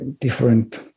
different